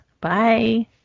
Bye